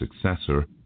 successor